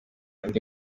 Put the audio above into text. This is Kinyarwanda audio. undi